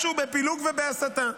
משהו בפילוג ובהסתה.